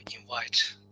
invite